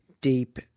deep